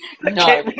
No